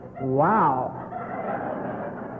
wow